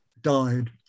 died